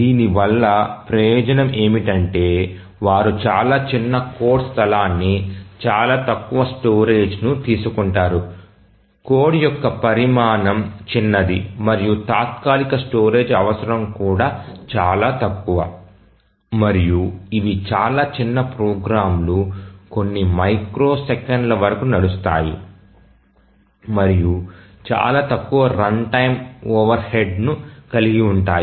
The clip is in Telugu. దీని వల్ల ప్రయోజనం ఏమిటంటే వారు చాలా చిన్న కోడ్ స్థలాన్ని చాలా తక్కువ స్టోరేజ్ను తీసుకుంటారు కోడ్ యొక్క పరిమాణం చిన్నది మరియు తాత్కాలిక స్టోరేజ్ అవసరం కూడా చాలా తక్కువ మరియు ఇవి చాలా చిన్న ప్రోగ్రామ్లు కొన్ని మైక్రో సెకన్ల వరకు నడుస్తాయి మరియు చాలా తక్కువ రన్టైమ్ ఓవర్హెడ్ను కలిగి ఉంటాయి